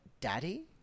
daddy